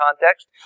context